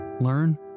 learn